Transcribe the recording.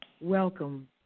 Welcome